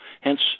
Hence